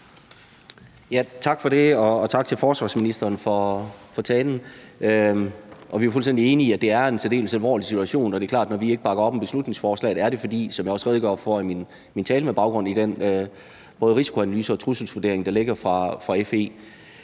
Tak for det. Og tak til forsvarsministeren for talen. Jeg er fuldstændig enig i, at det er en særdeles alvorlig situation, og det er klart, at når vi ikke bakker op om beslutningsforslaget, er det, som jeg også redegjorde for i min tale, med baggrund i både den risikoanalyse og trusselsvurdering, der